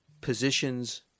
positions